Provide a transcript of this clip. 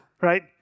right